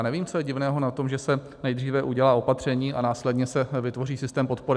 Nevím, co je divného na tom, že se nejdříve udělá opatření, a následně se vytvoří systém podpory.